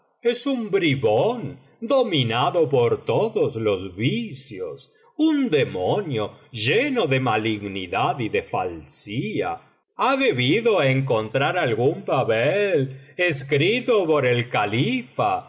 es un bribón dominado por todos los vicios un demonio lleno de malignidad y de falsía ha debido encontrar algún papel escrito por el califa